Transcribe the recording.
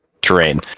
terrain